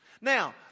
Now